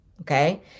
Okay